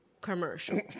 commercial